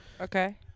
Okay